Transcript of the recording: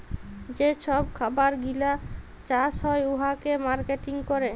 যে ছব খাবার গিলা চাষ হ্যয় উয়াকে মার্কেটিং ক্যরে